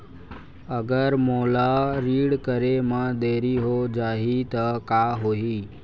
अगर मोला ऋण करे म देरी हो जाहि त का होही?